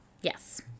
Yes